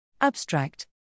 Abstract